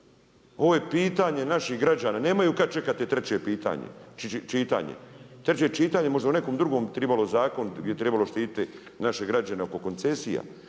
Ovo je pitanje naših građana. Nemaju kad čekati treće čitanje. Treće čitanje možda u nekom drugom trebalo zakonu, gdje bi trebalo štiti naše građane oko koncesije.